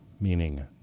meaning